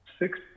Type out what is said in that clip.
Six